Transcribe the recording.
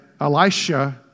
Elisha